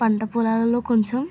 పంట పొలాలలో కొంచెం